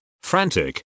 frantic